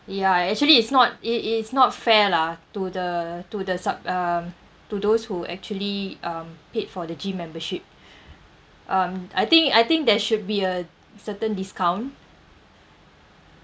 ya actually it's not it it's not fair lah to the to the sub~ um to those who actually um paid for the gym membership um I think I think there should be a certain discount